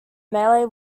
malay